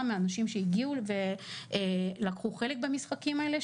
מאנשים שהגיעו ולקחו חלק במשחקים האלה,